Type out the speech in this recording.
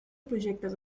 projectes